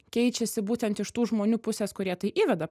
keičiasi būtent iš tų žmonių pusės kurie tai įveda